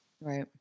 Right